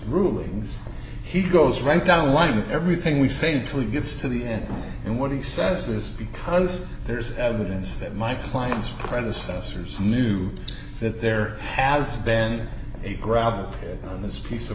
rulings he goes right down the line with everything we say until he gets to the end and what he says is because there's evidence that my client's predecessors knew that there has been a grab on this piece of